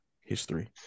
history